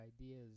ideas